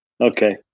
Okay